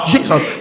Jesus